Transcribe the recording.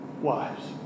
wives